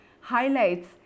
highlights